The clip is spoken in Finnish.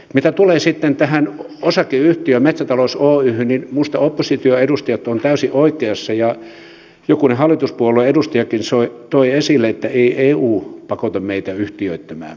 mitä tulee sitten tähän osakeyhtiöön metsätalous oyhyn niin minusta opposition edustajat ovat täysin oikeassa ja jokunen hallituspuolueen edustajakin toi esille että ei eu pakota meitä yhtiöittämään